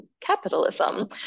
capitalism